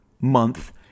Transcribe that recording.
month